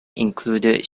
included